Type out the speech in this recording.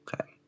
Okay